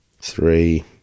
three